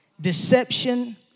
deception